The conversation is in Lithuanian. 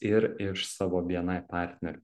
ir iš savo bni partnerių